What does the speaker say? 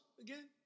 Again